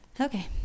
Okay